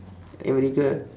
america